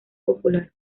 popular